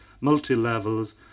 multi-levels